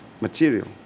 material